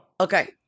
Okay